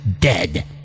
dead